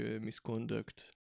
misconduct